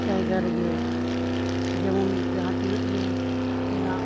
ᱡᱟᱭᱜᱟ ᱨᱮᱜᱮ ᱡᱮᱢᱚᱱ ᱡᱟᱦᱟᱸ ᱛᱤᱱᱟᱹᱜ ᱜᱮ ᱢᱮᱱᱟᱜ